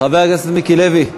חבר הכנסת מיקי לוי?